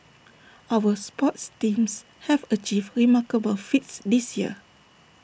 our sports teams have achieved remarkable feats this year